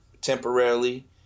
temporarily